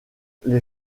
les